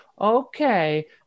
Okay